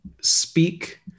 speak